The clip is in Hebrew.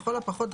לכל הפחות,